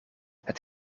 het